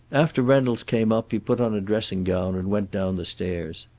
after reynolds came up he put on a dressing-gown and went down the stairs.